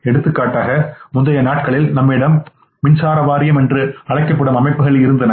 எடுத்துக்காட்டாக முந்தைய நாட்களில் நம்மிடம் மின்சார வாரியம் என்று அழைக்கப்படும் சில அமைப்புகள் உள்ளன